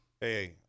Hey